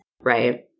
right